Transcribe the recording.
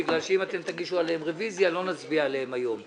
בגלל שאם אתם תגישו עליהן רביזיה לא נצביע עליהן היום.